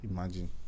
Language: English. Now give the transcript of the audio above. Imagine